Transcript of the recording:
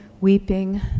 weeping